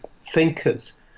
thinkers